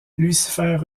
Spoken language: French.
lucifer